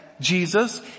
Jesus